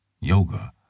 yoga